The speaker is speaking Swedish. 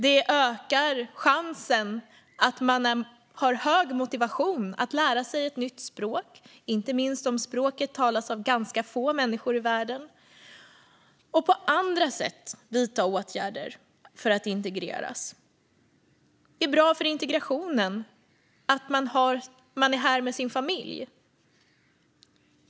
Det ökar chansen att människor har stor motivation att lära sig ett nytt språk, inte minst om språket talas av ganska få människor i världen, och på andra sätt vidtar åtgärder för att integreras. Det är bra för integrationen att man är här med sin familj.